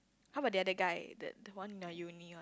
how about the other guy the the one in your uni one